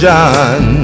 John